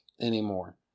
anymore